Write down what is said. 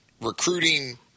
recruiting